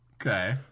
Okay